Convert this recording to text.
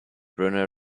bruno